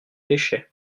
pêchaient